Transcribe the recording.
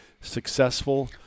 successful